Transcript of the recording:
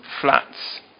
flats